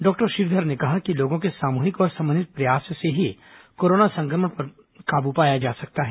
doctor Shridhar ने कहा कि लोगों के सामूहिक और समन्वित प्रयास से ही कोरोना संक्रमण पर काबू पाया जा सकता है